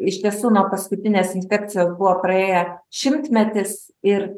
iš tiesų nuo paskutinės inspekcijos buvo praėję šimtmetis ir